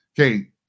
Okay